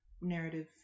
narrative